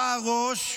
אתה הראש,